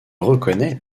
reconnais